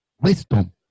wisdom